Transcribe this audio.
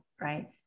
right